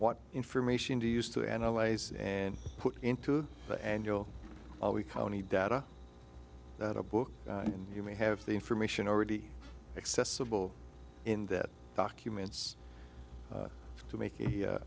what information to use to analyze and put into the annual always county data that a book and you may have the information already accessible in that documents to make a